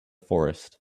forest